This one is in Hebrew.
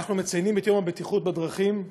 אנחנו מציינים את יום הבטיחות בדרכים.